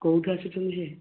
କେଉଁଠୁ ଆସୁଛନ୍ତି ସେ